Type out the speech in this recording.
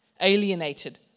alienated